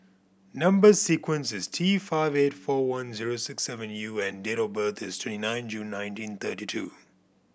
number sequence is T five eight four one zero six seven U and date of birth is twenty nine June nineteen thirty two